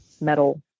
metal